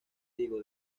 diego